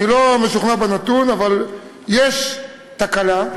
אני לא משוכנע בנתון, אבל יש תקלה.